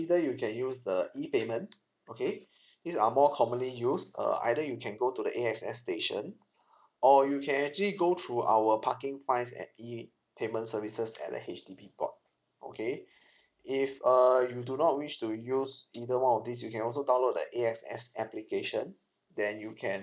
either you can use the E payment okay these are more commonly used uh either you can go to the A_X_S station or you can actually go through our parking fines at E payment services at the H_D_B board okay if err you do not wish to use either one of these you can also download that A_X_S application then you can